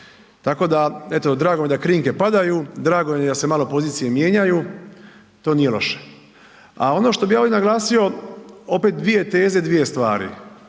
tako da drago mi je da krinke padaju, drago mi je da se malo pozicije mijenjaju, to nije loše. A ono što bi ja ovdje naglasio opet dvije teze, dvije stvari,